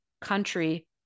country